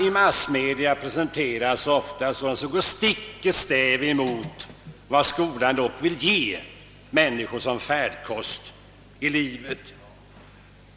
I massmedia presenteras ofta sådant som går stick i stäv mot vad skolan dock vill ge människor som färdkost i livet.